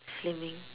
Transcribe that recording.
slimming